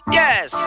yes